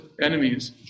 enemies